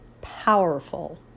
powerful